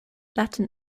latin